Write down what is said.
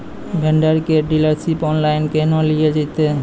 Vendor केर dealership online केहनो लियल जेतै?